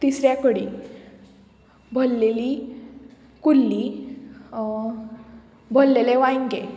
तिसऱ्या कडी भल्लेली कुल्ली भल्लेले वांयगे